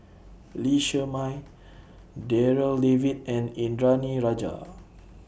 Lee Shermay Darryl David and Indranee Rajah